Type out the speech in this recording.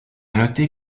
noter